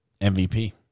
MVP